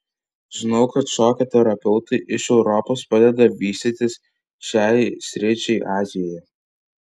žinau kad šokio terapeutai iš europos padeda vystytis šiai sričiai azijoje